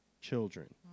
children